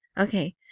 Okay